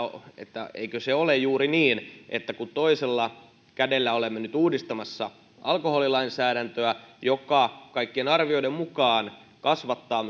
että eikö se ole juuri niin että kun toisella kädellä olemme nyt uudistamassa alkoholilainsäädäntöä joka kaikkien arvioiden mukaan kasvattaa